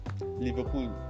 Liverpool